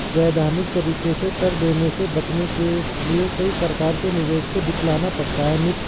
वैधानिक तरीके से कर देने से बचने के लिए कई प्रकार के निवेश को दिखलाना पड़ता है